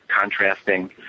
contrasting